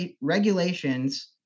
regulations